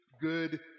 Good